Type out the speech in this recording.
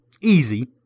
easy